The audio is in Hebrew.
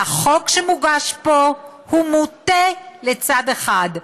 והחוק שמוגש פה הוא מוטה לצד אחד,